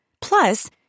Plus